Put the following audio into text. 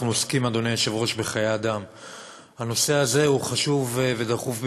-היום של המליאה בדיון דחוף נושא שהוא גם חשוב וגם דחוף.